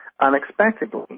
unexpectedly